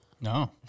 No